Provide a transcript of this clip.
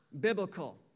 biblical